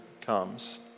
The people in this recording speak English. comes